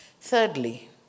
Thirdly